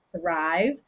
thrive